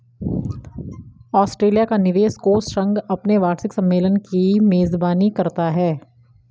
Australia का निवेश कोष संघ अपने वार्षिक सम्मेलन की मेजबानी करता है